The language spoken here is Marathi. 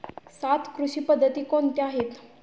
सात कृषी पद्धती कोणत्या आहेत?